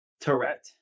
Tourette